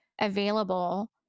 available